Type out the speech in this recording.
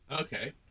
Okay